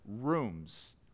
rooms